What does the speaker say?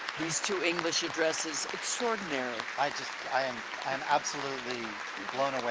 these two english addresses extraordinary i'm i'm absolutely blown